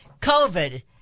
COVID